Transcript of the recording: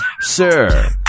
Sir